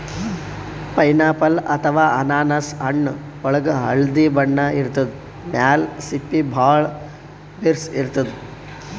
pineapple ಅಥವಾ ಅನಾನಸ್ ಹಣ್ಣ್ ಒಳ್ಗ್ ಹಳ್ದಿ ಬಣ್ಣ ಇರ್ತದ್ ಮ್ಯಾಲ್ ಸಿಪ್ಪಿ ಭಾಳ್ ಬಿರ್ಸ್ ಇರ್ತದ್